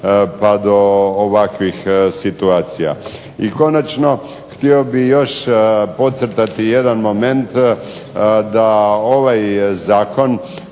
pa do ovakvih situacija. I konačno htio bih podcrtati jedan moment da ovaj zakon